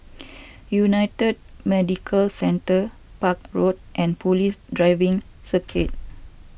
United Medicare Centre Park Road and Police Driving Circuit